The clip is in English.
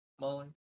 Molly